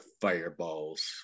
fireballs